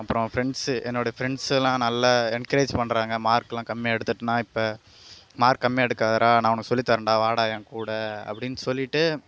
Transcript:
அப்றம் ஃப்ரெண்ட்ஸு என்னோடய ஃப்ரெண்ட்ஸெல்லாம் நல்ல என்கிரேஜ் பண்ணுறாங்க மார்க்லாம் கம்மியாக எடுத்துட்டோனா இப்போ மார்க் கம்மியாக எடுக்காதடா நான் உனக்கு சொல்லித்தரன்டா வாடா என்கூட அப்படினு சொல்லிட்டு